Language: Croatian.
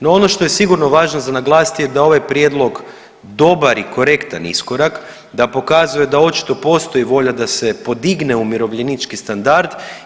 No ono što je sigurno važno za naglasiti da je ovaj prijedlog dobar i korektan iskorak, da pokazuje da očito postoji volja da se podigne umirovljenički standard.